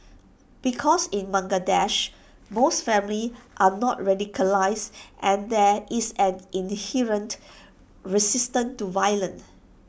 because in Bangladesh most families are not radicalised and there is an inherent resistance to violence